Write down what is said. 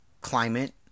climate